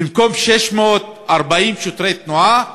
במקום 640 שוטרי תנועה,